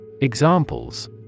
Examples